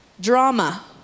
drama